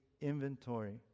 inventory